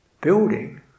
building